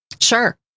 sure